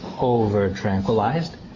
over-tranquilized